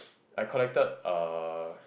like collected uh